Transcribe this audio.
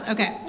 Okay